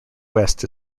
west